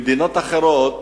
במדינות אחרות